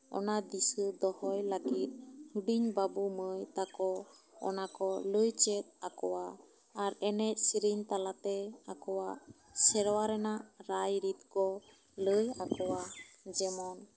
ᱚᱱᱟ ᱫᱤᱥᱟᱹ ᱫᱚᱦᱚᱭ ᱞᱟᱹᱜᱤᱫ ᱦᱩᱰᱤᱧ ᱵᱟᱹᱵᱩ ᱢᱟᱹᱭ ᱛᱟᱠᱚ ᱚᱱᱟ ᱠᱚ ᱞᱟᱹᱭ ᱪᱮᱫ ᱟᱠᱚᱣᱟ ᱟᱨ ᱮᱱᱮᱡ ᱥᱮᱨᱮᱧ ᱛᱟᱞᱟᱛᱮ ᱟᱠᱚᱣᱟᱜ ᱥᱮᱨᱣᱟ ᱨᱮᱱᱟᱜ ᱨᱟᱭ ᱨᱤᱛ ᱠᱚ ᱞᱟᱹᱭ ᱟᱠᱚᱣᱟ ᱡᱮᱢᱚᱱ